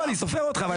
לא, אני סופר אותך.